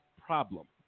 problem